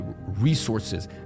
resources